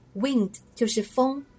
Wind就是风